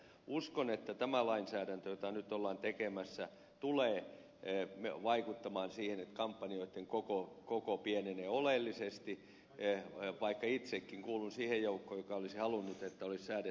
uskon että tämä lainsäädäntö jota nyt ollaan tekemässä tulee vaikuttamaan siihen että kampanjoitten koko pienenee oleellisesti vaikka itsekin kuulun siihen joukkoon joka olisi halunnut että olisi säädetty kampanjakatot